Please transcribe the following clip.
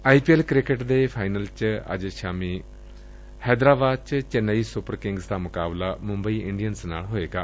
ਆਈ P L cricket ਦੇ final ਚ ਅੱਜ ਸ਼ਾਮੀ ਹੈਦਰਾਬਾਦ ਵਿਚ ਚੇਨੱਈ ਸੁਪਰ ਕਿੰਗਜ਼ ਦਾ ਮੁਕਾਬਲਾ ਮੂੰਬਈ ਇੰਡੀਅਨ ਨਾਲ ਹੋਵੇਗਾ